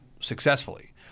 successfully